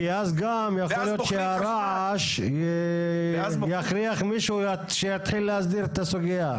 כי אז גם יכול להיות שהרעש יכריח מישהו שיתחיל להסדיר את הסוגיה.